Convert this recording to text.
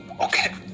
Okay